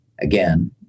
Again